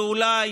ואולי,